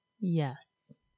Yes